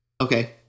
Okay